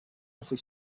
roughly